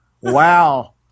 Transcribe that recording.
Wow